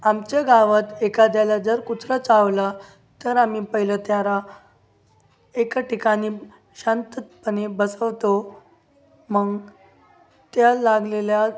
आमच्या गावात एखाद्याला जर कुचरां चावला तर आम्ही पहिलं त्यारा एका ठिकाणी शांतपणे बसवतो मग त्या लागलेल्या